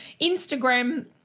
Instagram